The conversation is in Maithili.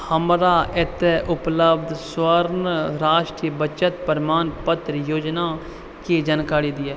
हमरा एतऽ उपलब्ध स्वर्ण राष्ट्रीय बचत प्रमाणपत्र योजनाके जानकारी दिअ